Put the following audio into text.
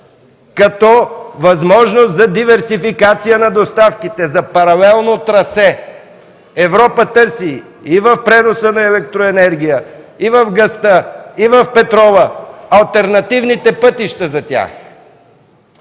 като възможност за диверсификация на доставките, за паралелно трасе. Европа търси и в преноса на електроенергия, и в газта, и в петрола, алтернативните пътища за тях.